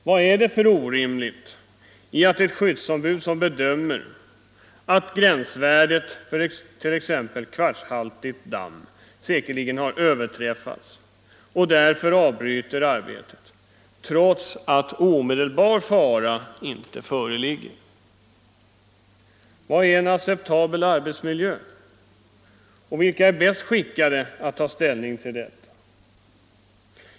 Vad är det för orimligt i att ett skyddsombud, som bedömer att gränsvärdet för t.ex. kvartshaltigt damm säkerligen överträtts, avbryter arbetet trots att omedelbar fara inte föreligger? Vad är en acceptabel arbetsmiljö, och vilka är bäst skickade att ta ställning till detta?